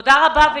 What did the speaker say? תודה רבה.